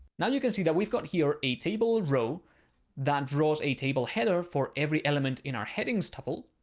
now you can see that we've got here a table row that draws a table header for every element in our headings tuple.